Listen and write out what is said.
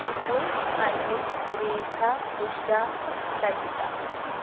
Shibu Anil Rekha Usha Sajitha